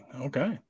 Okay